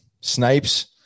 snipes